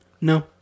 No